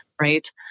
right